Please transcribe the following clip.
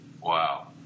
Wow